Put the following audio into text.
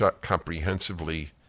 comprehensively